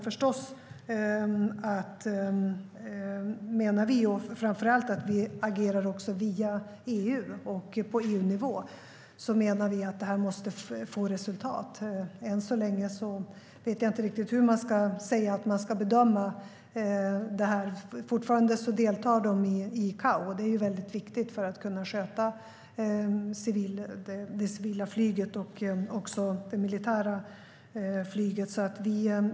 Framför allt ska vi agera via EU och på EU-nivå och menar att det måste få resultat. Ryssland deltar fortfarande i ICAO, och det är väldigt viktigt för att kunna sköta det civila flyget och också det militära flyget.